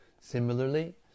similarly